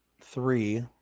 three